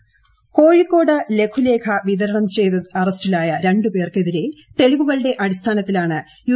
കോഴിക്കോട് കോഴിക്കോട് ലഘുലേഖ വിതരണം ചെയ്ത് അറസ്റ്റിലായ രണ്ട് പേർക്കെതിരെ തെളിവുകളുടെ അടിസ്ഥാനത്തിലാണ് യു